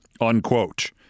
unquote